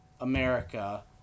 America